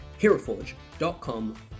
Heroforge.com